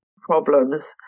problems